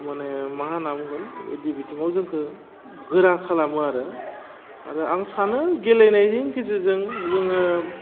माने मा होनना बुंगोन बिदि बिथिङाव जोंखौ गोरा खालामो आरो आरो आं सानो गेलेनायनि गेजेरजों जोङो